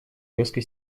резко